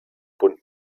bunten